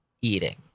Eating